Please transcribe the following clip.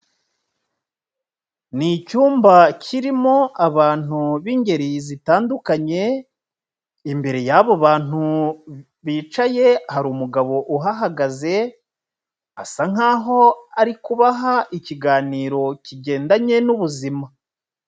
Ni icyumba kirimo abantu b'ingeri zitandukanye, imbere y'abo bantu bicaye hari umugabo uhagaze, asa nkaho ari kubaha ikiganiro kigendanye n'ubuzima.